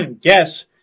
guess